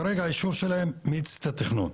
כרגע האישור שלהם מאיץ את התכנון,